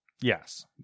Yes